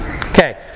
Okay